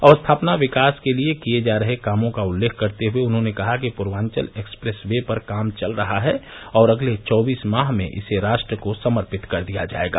अवस्थापना विकास के लिये किये जा रहे कामों का उल्लेख करते हुए उन्होंने कहा कि पूर्वचल एक्सप्रेस वे पर काम चल रहा है और अगले चौबीस माह में इसे राष्ट्र को समर्पित कर दिया जायेगा